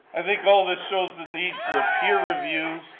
i think all this shows the need for a peer review.